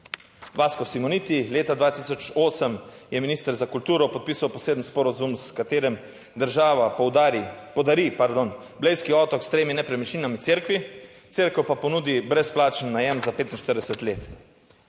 Vasko Simoniti. Leta 2008 je minister za kulturo podpisal poseben sporazum, s katerim država poudari podari, pardon, Blejski otok s tremi nepremičninami v cerkvi, cerkev pa ponudi brezplačen najem za 45 let.